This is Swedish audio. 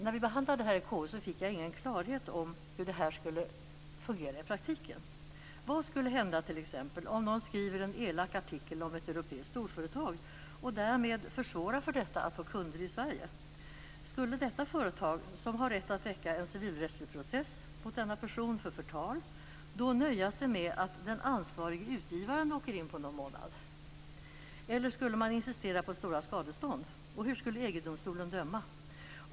När vi behandlade den här frågan i KU fick jag ingen klarhet i hur det skulle fungera i praktiken. Vad skulle t.ex. hända om någon skriver en elak artikel om ett europeiskt storföretag och därmed försvårar för detta att få kunder i Sverige? Skulle detta företag, som har rätt att väcka en civilrättslig process mot denna person för förtal, då nöja sig med att den ansvarige utgivaren åker in på någon månad? Eller skulle man insistera på stora skadestånd? Och hur skulle EG-domstolen döma?